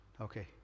Okay